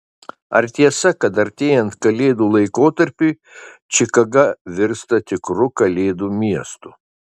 ar tiesa kad artėjant kalėdų laikotarpiui čikaga virsta tikru kalėdų miestu